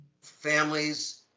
families